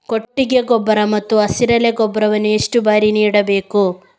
ಕೊಟ್ಟಿಗೆ ಗೊಬ್ಬರ ಮತ್ತು ಹಸಿರೆಲೆ ಗೊಬ್ಬರವನ್ನು ಎಷ್ಟು ಬಾರಿ ನೀಡಬೇಕು?